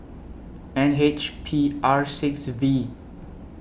N H P R six V